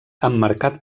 emmarcat